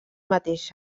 mateix